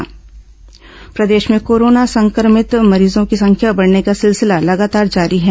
corona मरीज प्रदेश में कोरोना संक्रमित मरीजों की संख्या बढ़ने का सिलसिला लगातार जारी है